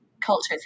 cultures